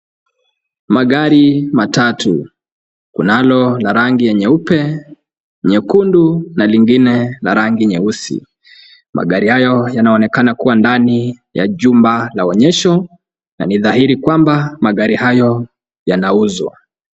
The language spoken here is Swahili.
Magari matatu, kunalo la rangi ya nyeupe, nyekundu na lingine la rangi nyeusi. Magari hayo yanaonekana kuwa ndani ya jumba la onyesho na ni dhahiri kwamba magari hayo yanauzwa.